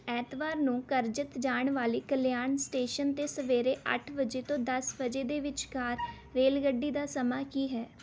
ਐਤਵਾਰ ਨੂੰ ਕਰਜਤ ਜਾਣ ਵਾਲੀ ਕਲਿਆਣ ਸਟੇਸ਼ਨ 'ਤੇ ਸਵੇਰੇ ਅੱਠ ਵਜੇ ਤੋਂ ਦਸ ਵਜੇ ਦੇ ਵਿਚਕਾਰ ਰੇਲਗੱਡੀ ਦਾ ਸਮਾਂ ਕੀ ਹੈ